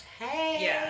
Hey